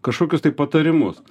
kažkokius tai patarimus